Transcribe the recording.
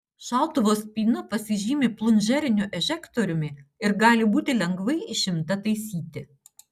šautuvo spyna pasižymi plunžeriniu ežektoriumi ir gali būti lengvai išimta taisyti